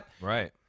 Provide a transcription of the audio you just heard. Right